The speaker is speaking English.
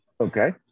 okay